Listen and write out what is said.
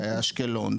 באשקלון,